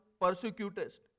persecutest